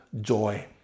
joy